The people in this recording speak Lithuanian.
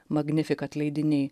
magnifikat leidiniai